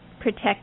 protect